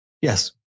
Yes